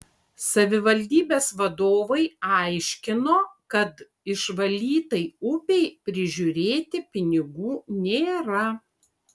savivaldybės vadovai aiškino kad išvalytai upei prižiūrėti pinigų nėra